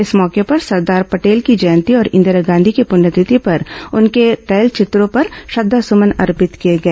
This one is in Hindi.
इस मौके पर सरदार पटेल की जयंती और इंदिरा गांधी की पुण्यतिथि पर उनके तैलचित्रों पर श्रद्धासुमन अर्पित किए गए